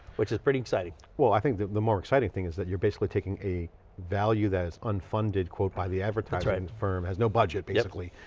which is pretty exciting. well, i think the more exciting thing is that you're basically taking a value that is unfunded quote by the advertising and firm, has no budget basically,